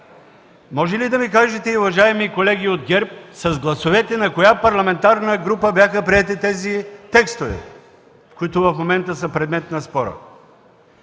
Може ли да ми кажете, уважаеми колеги от ГЕРБ, с гласовете на коя парламентарна група бяха приети тези текстове, които в момента са предмет на спора?